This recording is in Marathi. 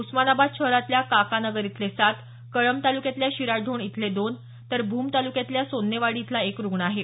उस्मानाबाद शहरातल्या काका नगर इथले सात कळंब तालुक्यातल्या शिराढोण इथले दोन तर भूम तालुक्यातल्या सोन्नेवाडी इथला एक रुग्ण आहे